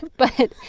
but.